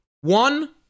one